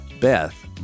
Beth